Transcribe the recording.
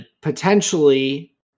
potentially